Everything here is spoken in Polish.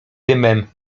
dymem